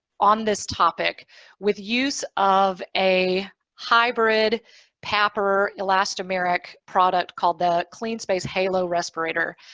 on this topic with use of a hybrid paper elastomeric product called the cleanspace halo respirator.